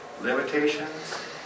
limitations